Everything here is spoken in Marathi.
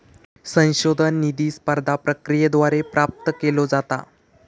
संशोधन निधी स्पर्धा प्रक्रियेद्वारे प्राप्त केलो जाता